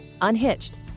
Unhitched